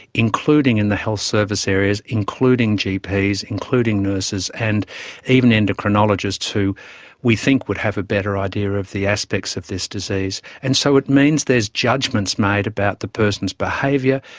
including in the health service areas, including gps, including nurses, and even endocrinologists who we think would have a better idea of the aspects of this disease. and so it means there's judgements made about the person's behaviour,